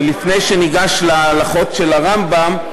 ולפני שניגש להלכות של הרמב"ם,